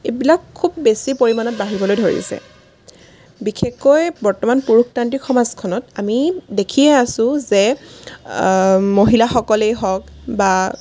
এইবিলাক খুব বেছি পৰিমাণে বাঢ়িবলৈ ধৰিছে বিশেষকৈ বৰ্তমান পুৰুষতান্ত্ৰিক সমাজখনত আমি দেখিয়ে আছোঁ যে মহিলাসকলেই হওক বা